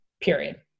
period